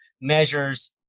measures